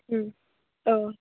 औ